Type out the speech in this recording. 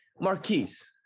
Marquise